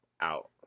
Out